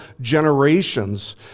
generations